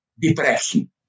depression